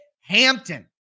Hampton